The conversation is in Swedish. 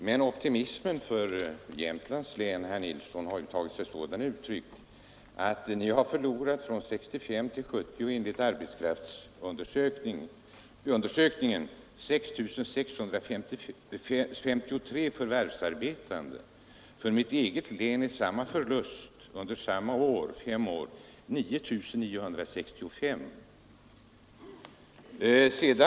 Men optimismen i Jämtlands län, herr Nilsson, har tagit sig sådana uttryck att ni från 1965 till 1970 enligt arbetskraftsundersökningen har förlorat 6 653 förvärvsarbetande. I mitt eget län är förlusten under samma fem år 9 965.